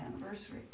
anniversary